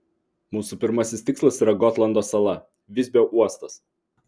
mūsų pirmasis tikslas yra gotlando sala visbio uostas